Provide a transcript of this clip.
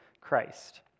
Christ